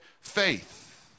faith